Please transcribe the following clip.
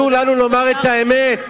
אסור לנו לומר את האמת.